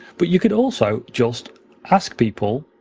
but you could also just ask people